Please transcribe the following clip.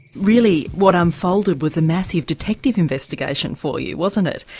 really what unfolded was the massive detective investigation for you wasn't it?